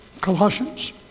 Colossians